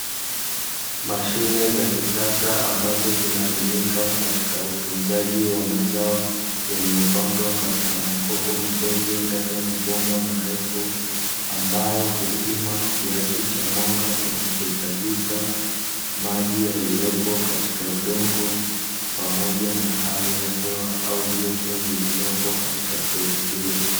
Mashine za kisasa ambazo zinatumika katika utunzaji wa mazao yaliyopandwa katika makopo madogo ndani ya mabomba marefu, ambayo hupima kiasi cha mwanga kinachohitajika, maji yaliyopo katika udongo, pamoja na hali ya hewa au joto lililopo katika sehemu hiyo.